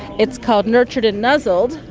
it's called nurtured and nuzzled.